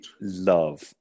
love